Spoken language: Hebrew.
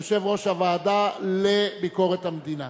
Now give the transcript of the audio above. יושב-ראש הוועדה לביקורת המדינה.